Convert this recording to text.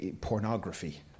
pornography